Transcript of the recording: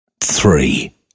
three